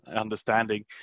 understanding